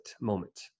moment